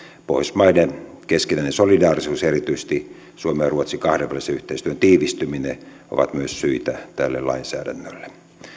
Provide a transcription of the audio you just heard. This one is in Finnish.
pohjoismaiden keskinäinen solidaarisuus ja erityisesti suomen ja ruotsin kahdenvälisen yhteistyön tiivistyminen ovat myös syitä tälle lainsäädännölle